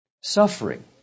suffering